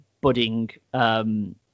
budding